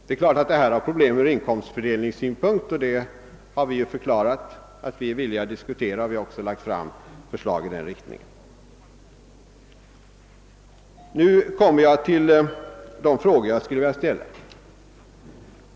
Det är klart att detta medför problem från inkomstfördelningssynpunkt, men vi har ju förklarat att vi är villiga att diskutera dessa problem, och vi har också framlagt förslag i den riktningen. Härefter kommer jag till de frågor som jag ville ställa.